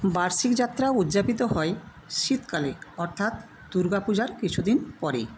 বার্ষিক যাত্রা উদযাপিত হয় শীতকালে অর্থাৎ দুর্গা পূজার কিছুদিন পরেই